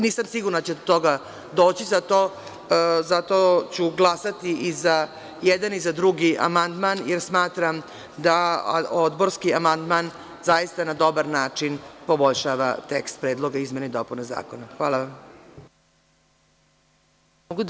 Nisam sigurna da će do toga doći zato ću glasati i za jedan i za drugi amandman, jer smatram da odborski amandman zaista na dobar način poboljšava tekst Predloga izmena i dopuna zakona. hvala vam.